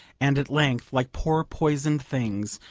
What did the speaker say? and at length, like poor poisoned things,